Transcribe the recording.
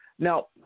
Now